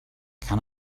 can